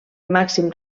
màxim